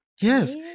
yes